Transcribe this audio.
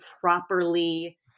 properly